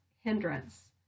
hindrance